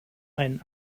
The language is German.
einen